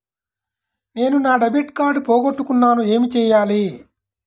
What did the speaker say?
నేను నా debit card పోగొట్టుకున్నాను ఏమి చేయాలి?